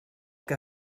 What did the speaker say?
que